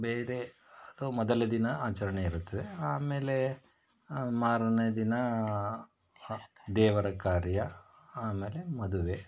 ಬೇರೆ ಅದು ಮೊದಲ ದಿನ ಆಚರಣೆಯಿರುತ್ತದೆ ಆಮೇಲೆ ಮಾರನೇ ದಿನ ದೇವರ ಕಾರ್ಯ ಆಮೇಲೆ ಮದುವೆ